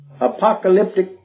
apocalyptic